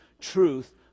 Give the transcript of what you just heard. Truth